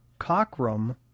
Cockrum